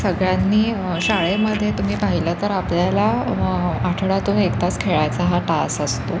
सगळ्यांनी शाळेमध्ये तुम्ही पाहिलं तर आपल्याला आठवड्यातून एक तास खेळायचा हा तास असतो